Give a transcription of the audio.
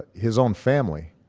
his own family